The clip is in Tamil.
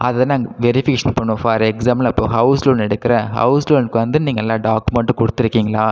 அதை நாங்கள் வெரிஃபிகேஷன் பண்ணுவோம் ஃபார் எக்ஸாம்புல் இப்போ ஹவுஸ் லோன் எடுக்குறேன் ஹவுஸ் லோனுக்கு வந்து நீங்கள் எல்லா டாக்குமண்ட்டும் கொடுத்துருக்கீங்களா